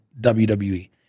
WWE